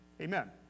Amen